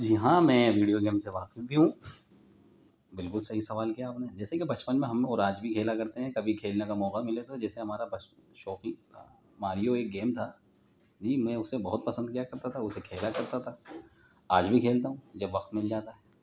جی ہاں میں video game سے واقف ہی ہوں بالکل صحیح سوال کیا آپ نے جیسے کہ بچپن میں ہم اور آج بھی کھیلا کرتے ہیں کبھی کھیلنے کا موقع ملے تو جیسے ہمارا بچ شوقی تھا مالیو ایک گیم تھا جی میں اسے بہت پسند کیا کرتا تھا اسے کھیلا کرتا تھا آج بھی کھیلتا ہوں جب وقت مل جاتا ہے